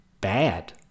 bad